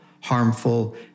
harmful